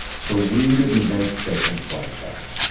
so we didn't make statements like that.